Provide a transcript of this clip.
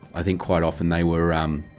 i think quite often they were. um.